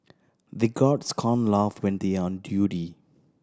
the guards can't laugh when they are on duty